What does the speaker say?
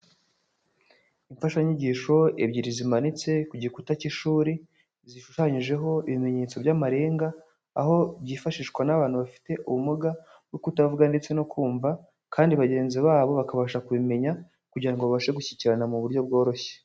Imfashanyigisho ebyiri zimanitse ku gikuta cy'ishuri, zishushanyijeho ibimenyetso by'amarenga, aho byifashishwa n'abantu bafite ubumuga bwo kutavuga ndetse no kumva, kandi bagenzi babo bakabasha kubimenya kugira babashe gushyikirana mu buryo bworoshye.